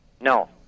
No